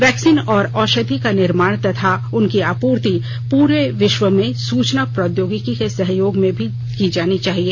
vaccine और औषधि का निर्माण तथा उनकी आपूर्ति पूरे विश्व में सूचना प्रौद्योगिकी के सहयोग से की जानी चाहिए